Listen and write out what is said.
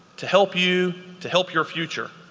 to help you, to help your future.